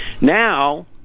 Now